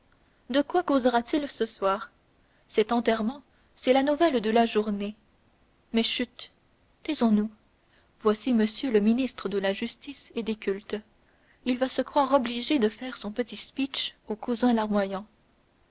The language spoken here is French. de quoi causera t il ce soir cet enterrement c'est la nouvelle de la journée mais chut taisons-nous voici m le ministre de la justice et des cultes il va se croire obligé de faire son petit speech au cousin larmoyant